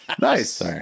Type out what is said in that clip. Nice